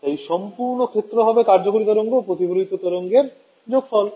তাই সম্পূর্ণ ক্ষেত্র হবে কার্যকরী তরঙ্গ ও প্রতিফলিত তরঙ্গ এর যোগফল